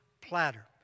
Platter